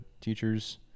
teachers